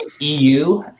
EU